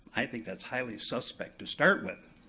i think that's highly suspect to start with.